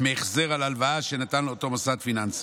מהחזר על ההלוואה שנתן לה אותו מוסד פיננסי.